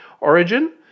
origin